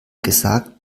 gesagt